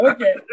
Okay